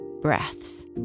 breaths